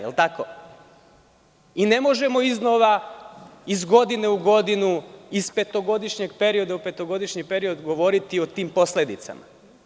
Ne možemo iz godine u godinu, iz petogodišnjeg perioda u petogodišnji period govoriti o tim posledicama.